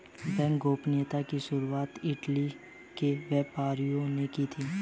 bank गोपनीयता की शुरुआत इटली के व्यापारियों ने की थी